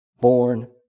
born